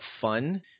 fun